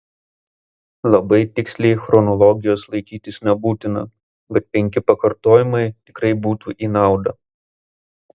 labai tiksliai chronologijos laikytis nebūtina bet penki pakartojimai tikrai būtų į naudą